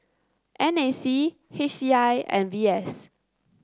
N A C H C I and V S